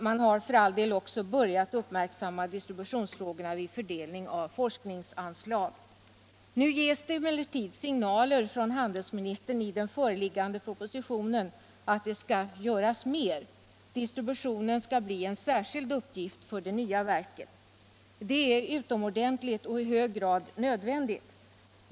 Man har för all del också börjat uppmärksamma distributionsfrågorna vid fördelning av forskningsanslag. Nu ges det emellertid signaler från handelsministern i den föreliggande propositionen att det skall göras mer. Distributionen skall bli en särskild uppgift för det nya verket. Det är utomordentligt bra, och det är i hög grad nödvändigt.